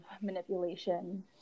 manipulation